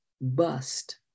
bust